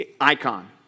icon